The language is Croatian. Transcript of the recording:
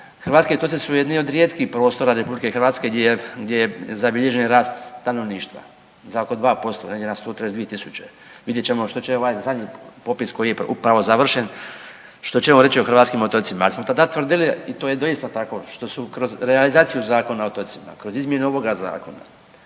hrvatski otoci su jedni od rijetkih prostora RH gdje je, gdje je zabilježen rast stanovništva za oko 2% negdje na 132.000 vidjet ćemo što će ovaj zadnji popis koji je upravo završen što će on reći o hrvatskim otocima. Ali smo tada tvrdili i to je doista tako što su kroz realizaciju Zakona o otocima, kroz izmjenu ovoga zakona